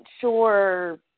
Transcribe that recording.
sure